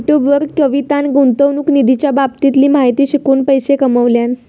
YouTube वर कवितान गुंतवणूक निधीच्या बाबतीतली माहिती शिकवून पैशे कमावल्यान